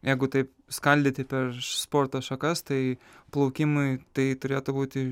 jeigu taip skaldyti per sporto šakas tai plaukimui tai turėtų būti